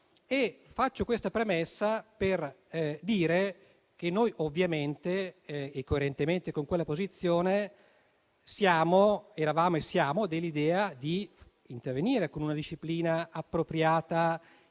Faccio questa premessa per dire che noi ovviamente, coerentemente con quella posizione, eravamo e siamo dell'idea di intervenire con una disciplina appropriata,